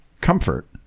comfort